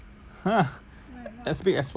!huh! as big as possible